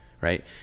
right